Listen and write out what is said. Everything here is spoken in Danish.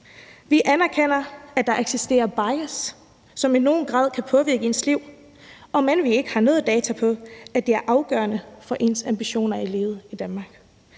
Vi anerkender, at der eksisterer bias, som i nogen grad kan påvirke ens liv, om end vi ikke har nogen data på, at det er afgørende for ens ambitioner i livet i Danmark.